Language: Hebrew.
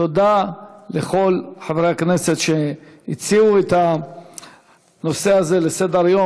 תודה לכל חברי הכנסת שהציעו את הנושא הזה לסדר-היום,